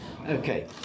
Okay